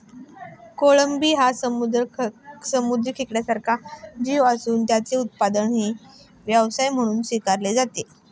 कोळंबी हा समुद्री खेकड्यासारखा जीव असून त्याचे उत्पादनही व्यवसाय म्हणून स्वीकारले जाते